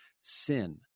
sin